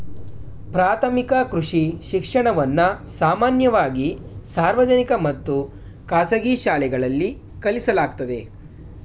ಪ್ರಾಥಮಿಕ ಕೃಷಿ ಶಿಕ್ಷಣವನ್ನ ಸಾಮಾನ್ಯವಾಗಿ ಸಾರ್ವಜನಿಕ ಮತ್ತು ಖಾಸಗಿ ಶಾಲೆಗಳಲ್ಲಿ ಕಲಿಸಲಾಗ್ತದೆ